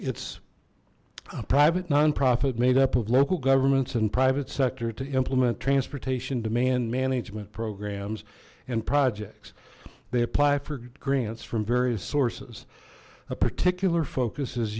it's a private nonprofit made up of local governments and private sector to implement transportation demand management programs and projects they apply for grants from various sources a particular focus